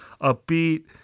upbeat